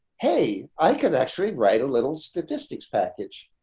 hey, i could actually write a little statistics package.